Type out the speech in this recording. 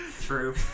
true